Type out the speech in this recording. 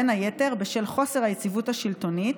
בין היתר בשל חוסר היציבות השלטונית,